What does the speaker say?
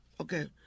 Okay